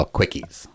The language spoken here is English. Quickies